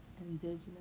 Indigenous